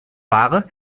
ware